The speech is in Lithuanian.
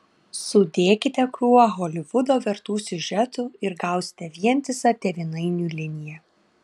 sudėkite krūvą holivudo vertų siužetų ir gausite vientisą tėvynainių liniją